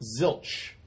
Zilch